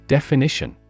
Definition